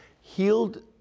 healed